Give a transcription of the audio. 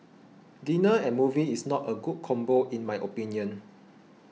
dinner and movie is not a good combo in my opinion